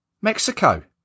Mexico